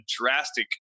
drastic